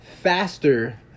faster